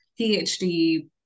PhD